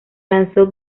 lanzó